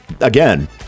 again